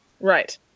Right